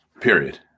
Period